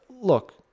look